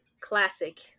classic